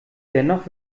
dennoch